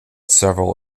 several